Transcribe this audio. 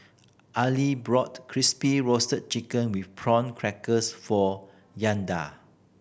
Aili brought Crispy Roasted Chicken with Prawn Crackers for Yandel